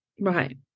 Right